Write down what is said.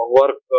work